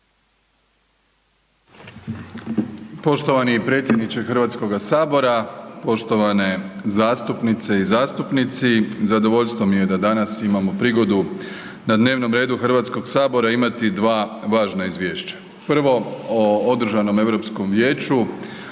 Poštovani predsjedniče Hrvatskoga sabora, poštovane zastupnice i zastupnici zadovoljstvo mi je da danas imamo prigodu na dnevnom redu Hrvatskog sabora imati dva važna izvješća. Prvo o održanom Europskom vijeću